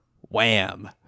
wham